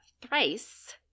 thrice